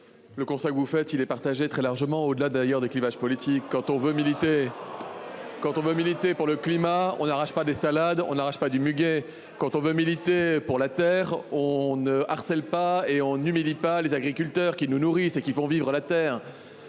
Le constat que vous faites. Il est partagé, très largement, au-delà d'ailleurs des clivages politiques quand on veut militer. Quand on veut militer pour le climat, on n'arrache pas des salades, on arrive pas du muguet, quand on veut militer pour la terre on ne harcèle pas et on n'humilie pas les agriculteurs qui nous nourrissent et qui font vivre à la terre.